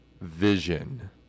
Vision